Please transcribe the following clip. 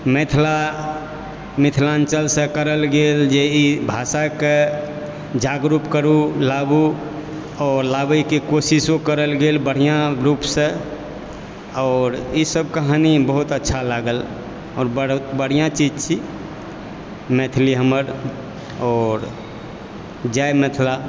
मिथिला मिथिलाञ्चलसँ करल गेल जे ई भाषाकऽ जागरुक करु लाबु आओर लाबयके कोशिशो करल गेल बढ़िआँ रुपसँ आओर ईसभ कहानी बहुत अच्छा लागल आओर बढ़िआँ चीज छी मैथिली हमर आओर जय मिथिला